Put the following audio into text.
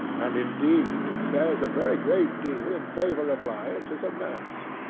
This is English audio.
and, indeed, says a very great deal in favour of lions as a mass.